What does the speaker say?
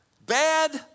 bad